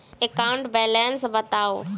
account balance बताउ